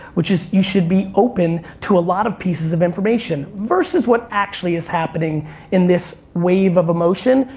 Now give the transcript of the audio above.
which is you should be open to a lot of pieces of information versus what actually is happening in this wave of emotion,